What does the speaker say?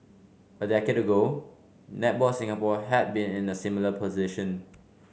a decade ago Netball Singapore had been in a similar position